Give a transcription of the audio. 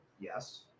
Yes